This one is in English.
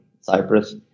Cyprus